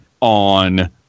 on